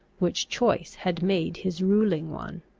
which choice had made his ruling one.